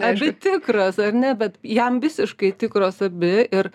abi tikros ar ne bet jam visiškai tikros abi ir